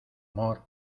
amor